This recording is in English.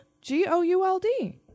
g-o-u-l-d